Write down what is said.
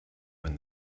when